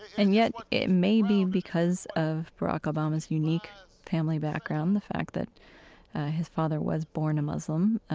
and yet, it may be because of barack obama's unique family background, the fact that his father was born a muslim,